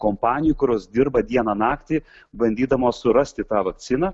kompanijų kurios dirba dieną naktį bandydamos surasti tą vakciną